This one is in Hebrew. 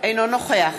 אינו נוכח